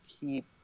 keep